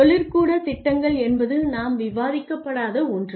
தொழிற்கூட திட்டங்கள் என்பது நாம் விவாதிக்கப்படாத ஒன்று